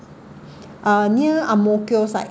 uh near Ang-Mo-Kio side